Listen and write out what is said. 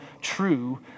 true